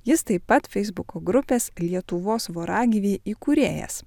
jis taip pat feisbuko grupės lietuvos voragyviai įkūrėjas